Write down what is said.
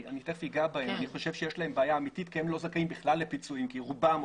אני חושב שיש להם בעיה אמיתית כי הם לא זכאים בכלל לפיצויים כי רובם,